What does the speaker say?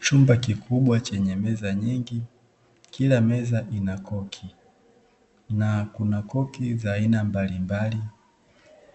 Chumba kikubwa chenye meza nyingi kila meza ina koki na kuna koki za aina mbalimbali,